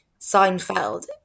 Seinfeld